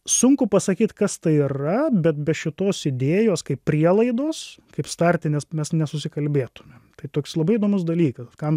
sunku pasakyt kas tai yra bet be šitos idėjos kaip prielaidos kaip startinės mes nesusikalbėtumėm tai toks labai įdomus dalykas kam